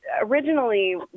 originally